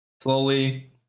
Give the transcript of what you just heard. slowly